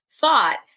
thought